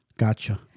Gotcha